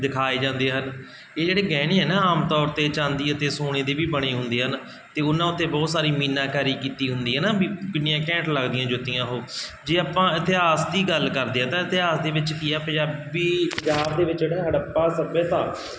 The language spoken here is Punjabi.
ਦਿਖਾਏ ਜਾਂਦੇ ਹਨ ਇਹ ਜਿਹੜੇ ਗਹਿਣੇ ਹੈ ਨਾ ਆਮ ਤੌਰ 'ਤੇ ਚਾਂਦੀ ਅਤੇ ਸੋਨੇ ਦੀ ਵੀ ਬਣੇ ਹੁੰਦੀ ਹਨ ਅਤੇ ਉਹਨਾਂ ਉੱਤੇ ਬਹੁਤ ਸਾਰੀ ਮੀਨਾਕਾਰੀ ਕੀਤੀ ਹੁੰਦੀ ਹੈ ਨਾ ਵੀ ਕਿੰਨੀਆਂ ਘੈਂਟ ਲੱਗਦੀਆਂ ਜੁੱਤੀਆਂ ਉਹ ਜੇ ਆਪਾਂ ਇਤਿਹਾਸ ਦੀ ਗੱਲ ਕਰਦੇ ਹਾਂ ਤਾਂ ਇਤਿਹਾਸ ਦੇ ਵਿੱਚ ਕੀ ਆ ਪੰਜਾਬੀ ਪੰਜਾਬ ਦੇ ਵਿੱਚ ਜਿਹੜਾ ਹੜੱਪਾ ਸੱਭਿਅਤਾ